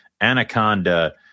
anaconda